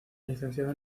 licenciado